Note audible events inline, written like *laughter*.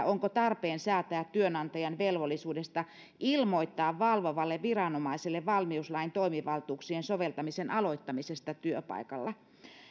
*unintelligible* onko tarpeen säätää työnantajan velvollisuudesta ilmoittaa valvovalle viranomaiselle valmiuslain toimivaltuuksien soveltamisen aloittamisesta työpaikalla